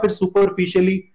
superficially